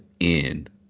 end